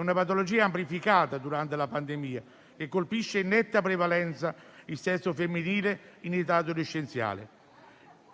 una patologia amplificata durante la pandemia, che colpisce in netta prevalenza il sesso femminile in età adolescenziale.